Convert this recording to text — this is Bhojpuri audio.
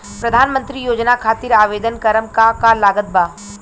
प्रधानमंत्री योजना खातिर आवेदन करम का का लागत बा?